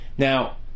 Now